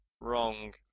wrong